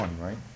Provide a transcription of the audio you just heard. right